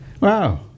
Wow